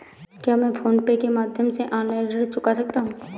क्या मैं PhonePe के माध्यम से ऑनलाइन ऋण चुका सकता हूँ?